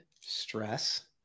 stress